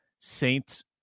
Saints